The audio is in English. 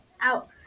out